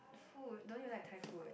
food don't you like Thai food